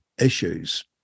Issues